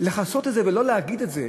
לכסות את זה ולא להגיד את זה,